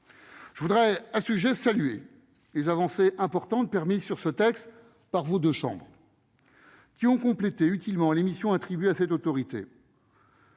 ce stade, je veux saluer les avancées importantes permises sur ce texte par les deux chambres parlementaires, qui ont complété utilement les missions attribuées à cette autorité.